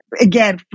Again